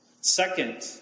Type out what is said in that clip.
Second